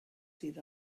sydd